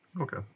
Okay